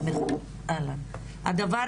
זה לא מחייב עבודה?